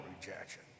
rejection